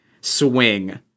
swing